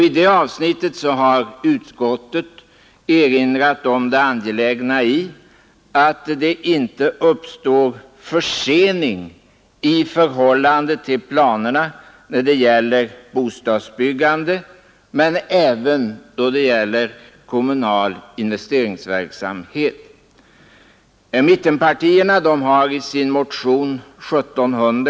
I det avsnittet har utskottet erinrat om det angelägna i att det inte uppstår någon försening i förhållande till planerna när det gäller bostadsbyggande och kommunal investeringsverksamhet.